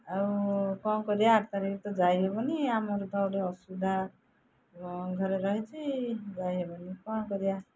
ଆଉ କ'ଣ କରିବା ଆଠ ତାରିଖ ତ ଯାଇହେବନି ଆମର ତ ଗୋଟେ ଅସୁବିଧା ଘରେ ରହିଛି ଯାଇହେବନି କ'ଣ କରିବା